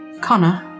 Connor